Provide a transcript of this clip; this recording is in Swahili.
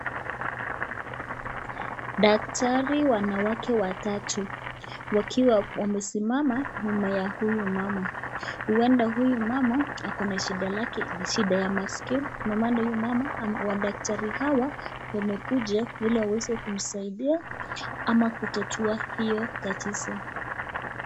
Daktari wanawake watatu wakiwa wamesimama nyuma ya huyu mama, uenda huyu mama akona shida lake, shida ya masikio ndio maana huyu mama, daktari hawa wamekuja hili waweze kusaidia ama kutatua hiyo tatizo.